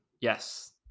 Yes